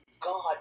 God